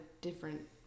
different